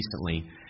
recently